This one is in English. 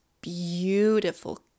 beautiful